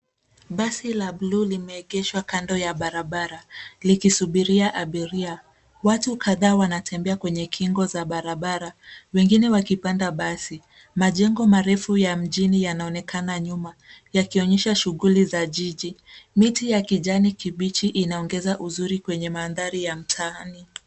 Basi la bluu limeegeshwa kando ya barabara ,likisubiria abiria. Watu kadhaa wanatembea kwenye kingo za barabara, wengine wakipanda basi. Majengo marefu ya mjini yanaonekana nyuma, yakionyesha shughuli za jiji. Miti ya kijani kibichi inaongeza uzuri kwenye mandhari ya mtaani.